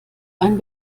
ein